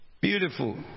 Beautiful